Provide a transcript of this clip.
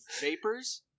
vapors